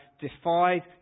defied